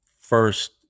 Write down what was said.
first